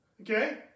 Okay